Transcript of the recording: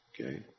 Okay